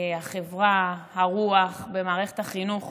החברה, הרוח, במערכת החינוך,